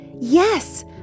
Yes